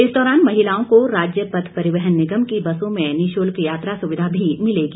इस दौरान महिलाओं को राज्य पथ परिवहन निगम की बसों में निशुल्क यात्रा सुविधा भी मिलेगी